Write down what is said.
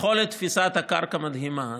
יכולת תפיסת הקרקע מדהימה.